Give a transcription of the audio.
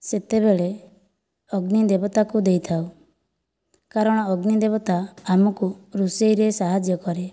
ସେତେବେଳେ ଅଗ୍ନି ଦେବତାକୁ ଦେଇଥାଉ କାରଣ ଅଗ୍ନି ଦେବତା ଆମକୁ ରୋଷେଇରେ ସାହାଯ୍ୟ କରେ